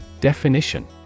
Definition